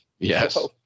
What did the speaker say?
Yes